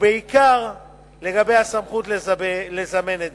ובעיקר לגבי הסמכות לזמן עדים.